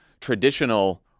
traditional